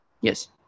Yes